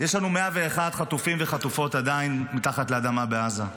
יש לנו עדיין 101 חטופים וחטופות מתחת לאדמה בעזה.